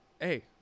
hey